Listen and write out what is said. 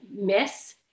miss